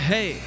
Hey